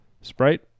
Sprite